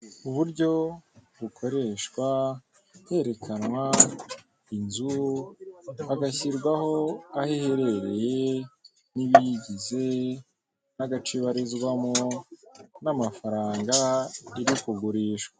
Iyi ni inzu ikoreramo ikigo kizwi cyane mu Rwanda mu gutanga ubwishingizi, gikoresha amabara y'umweru n'ubururu kandi gitanga ubwishingizi bw'ubuzima, si ubuzima gusa kandi batanga ubwishingizi ku bintu bigiye bitandukanye, imitungo mu gihe umuntu imitungo yahuye n'ikibazo cyangwa se ikinyabiziga cye cyahuye n'impanuka baramufasha kugirango yongere asubirane ibyo yahombye.